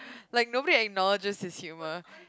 like nobody acknowledges his humor